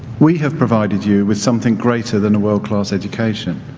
we have provided you with something greater than a world-class education.